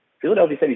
Philadelphia